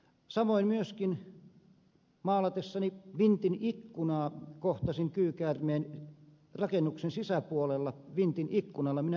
samoin myöskin maalatessani vintin ikkunaa kohtasin kyykäärmeen joka oli rakennuksen sisäpuolella vintin ikkunalla